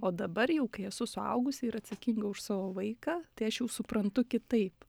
o dabar jau kai esu suaugusi ir atsakinga už savo vaiką tai aš jau suprantu kitaip